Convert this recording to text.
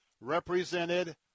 represented